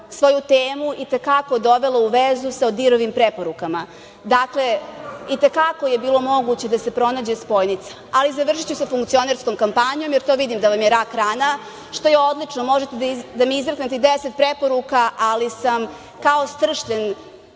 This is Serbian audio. svoju temu i te kako dovela u vezu sa ODIHR-ovim preporukama i bilo je moguće da se pronađe spojnica. Ali, završiću sa funkcionerskom kampanjom, jer to vidim da vam je rak-rana, što je odlično, možete da mi izreknete i 10 preporuka, ali sam kao stršljen